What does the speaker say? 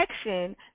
action